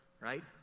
right